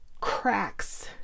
cracks